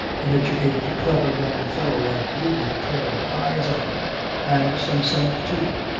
an educated, clever young fellow like you with a pair of eyes on him and some sense too!